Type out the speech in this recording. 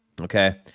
Okay